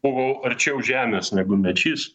buvau arčiau žemės negu mečys